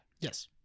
Yes